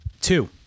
Two